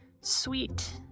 sweet